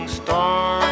star